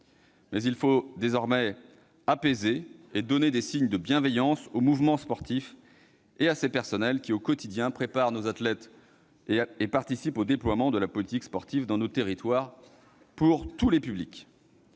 il faut apaiser et donner des signes de bienveillance au mouvement sportif et à ses personnels, qui, au quotidien, préparent nos athlètes et participent au déploiement de la politique sportive dans nos territoires pour tous les publics.